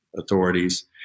authorities